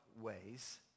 ways